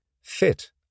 fit